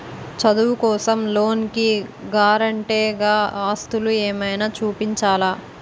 చదువు కోసం లోన్ కి గారంటే గా ఆస్తులు ఏమైనా చూపించాలా?